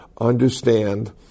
understand